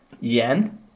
yen